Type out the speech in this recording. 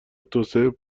توسعه